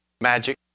magic